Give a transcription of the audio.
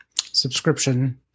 subscription